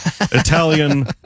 italian